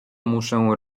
muszę